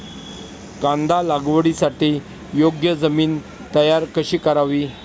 कांदा लागवडीसाठी योग्य जमीन तयार कशी करावी?